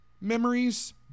memories